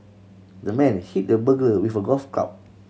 the man hit the burglar with a golf club